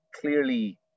Clearly